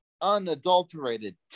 unadulterated